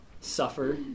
suffer